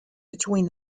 between